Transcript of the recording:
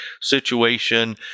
situation